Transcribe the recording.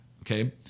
Okay